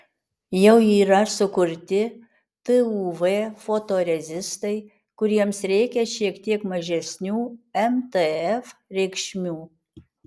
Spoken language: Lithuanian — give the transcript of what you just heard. jau yra sukurti tuv fotorezistai kuriems reikia šiek tiek mažesnių mtf reikšmių